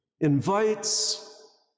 invites